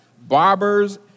barbers